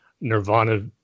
nirvana